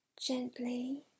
gently